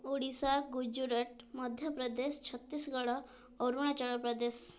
Odisha Gujarat Madhya Pradesh Chhattisgarh Arunachal Pradesh